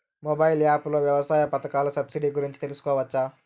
Mobile app లో వ్యవసాయ పథకాల సబ్సిడి గురించి తెలుసుకోవచ్చా?